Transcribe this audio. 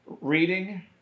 reading